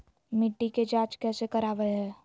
मिट्टी के जांच कैसे करावय है?